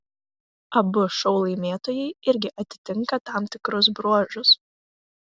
abu šou laimėtojai irgi atitinka tam tikrus bruožus